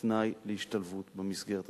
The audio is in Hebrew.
כתנאי להשתלבות במסגרת הזאת.